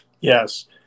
Yes